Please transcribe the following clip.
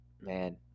man